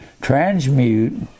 transmute